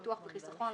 ביטוח וחיסכון,